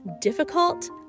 difficult